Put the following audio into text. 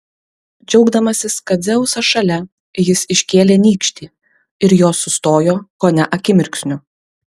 džiaugdamasis kad dzeusas šalia jis iškėlė nykštį ir jos sustojo kone akimirksniu